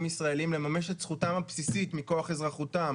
ישראלים לממש את זכותם הבסיסית מכוח אזרחותם,